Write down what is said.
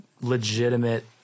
legitimate